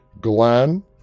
Glenn